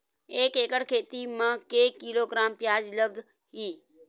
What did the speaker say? एक एकड़ खेती म के किलोग्राम प्याज लग ही?